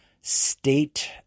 state